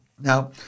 Now